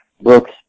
books